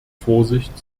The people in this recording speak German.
vorsicht